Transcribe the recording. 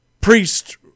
priest